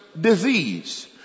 disease